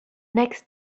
next